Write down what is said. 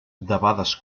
debades